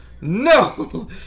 No